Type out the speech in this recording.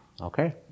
Okay